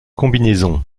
combinaison